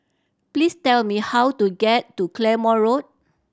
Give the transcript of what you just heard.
please tell me how to get to Claymore Road